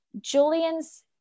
Julian's